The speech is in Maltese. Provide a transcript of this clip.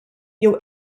jew